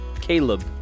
Caleb